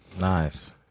Nice